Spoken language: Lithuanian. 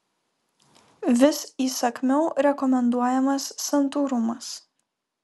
vis įsakmiau rekomenduojamas santūrumas